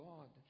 God